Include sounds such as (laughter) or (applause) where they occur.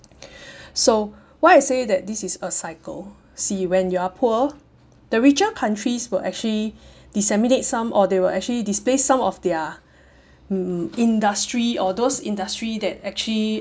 (breath) so why I say that this is a cycle see when you are poor the richer countries will actually disseminate some or they will actually displace some of mm their industry or those industry that actually